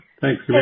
Thanks